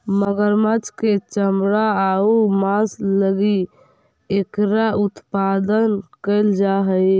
मगरमच्छ के चमड़ा आउ मांस लगी एकरा उत्पादन कैल जा हइ